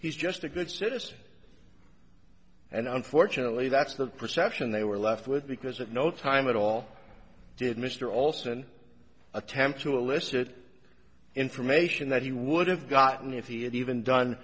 he's just a good citizen and unfortunately that's the perception they were left with because at no time at all did mr olson attempt to elicit information that he would have gotten if he had even done